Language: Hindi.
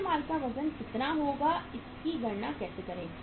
कच्चे माल का वजन कितना होगा इसकी गणना कैसे करें